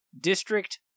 District